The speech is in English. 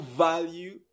value